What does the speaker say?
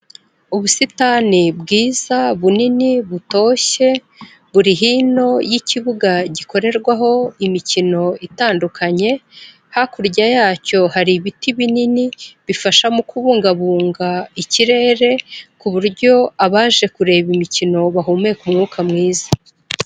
Ubusitani bwiza bunini butoshye buri hino y'ikibuga gikorerwaho imikino itandukanye, hakurya yacyo hari ibiti binini bifasha mu kubungabunga ikirere, ku buryo abaje kureba imikino bahumeka umwuka mwiza.